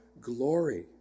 Glory